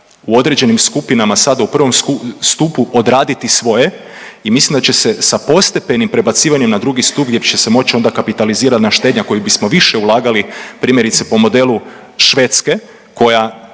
u određenim skupinama sada u prvom stupu odraditi svoje i mislim da će se sa postepenim prebacivanjem na drugi stup gdje će se moć onda kapitalizirana štednja koju bismo više ulagali primjerice po modelu Švedske koja